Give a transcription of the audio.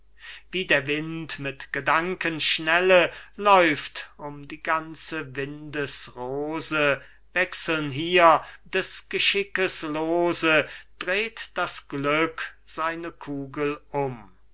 wie der wind mit gedankenschnelle läuft um die ganze windesrose wechseln hier des geschickes loose dreht das glück seine kugel um